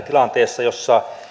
tilanteessa jossa